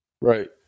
Right